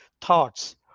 thoughts